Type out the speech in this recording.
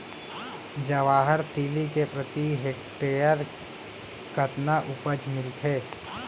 जवाहर तिलि के प्रति हेक्टेयर कतना उपज मिलथे?